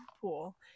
pool